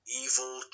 evil